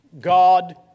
God